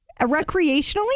recreationally